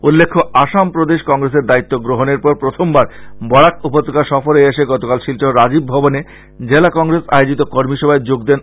উল্লেখ্য আসাম প্রদেশ কংগ্রেসের দায়িত্ব গ্রহনের পর প্রথমবার বরাক উপত্যকা সফরে এসে গতকাল শিলচর রাজীব ভবনে জেলা কংগ্রেস আয়োজিত কর্মী সভায় যোগ দেন